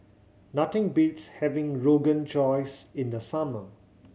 nothing beats having Rogan Josh in the summer